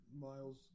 miles